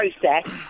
process